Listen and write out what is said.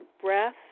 breath